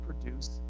produce